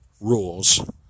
rules